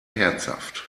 herzhaft